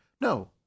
No